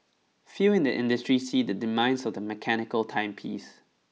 few in the industry see the demise of the mechanical timepiece